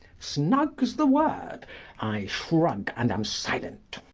snug's the word i shrug and am silent.